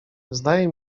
zdaje